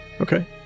okay